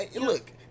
Look